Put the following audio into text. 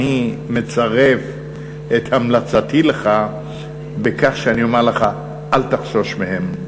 אני מצרף את המלצתי לך בכך שאני אומר לך: אל תחשוש מהם.